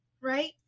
right